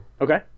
okay